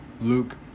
Luke